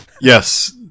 Yes